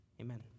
Amen